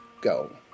go